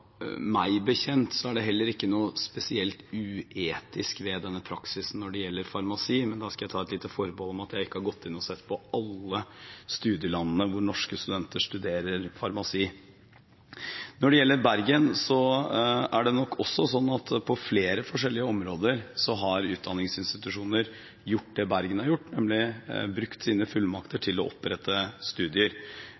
Meg bekjent er det heller ikke noe spesielt uetisk ved denne praksisen når det gjelder farmasi, men da skal jeg ta et lite forbehold om at jeg ikke har gått inn og sett på alle studielandene hvor norske studenter studerer farmasi. Når det gjelder Bergen, er det nok også sånn at på flere forskjellige områder har utdanningsinstitusjoner gjort det Bergen har gjort, nemlig brukt sine fullmakter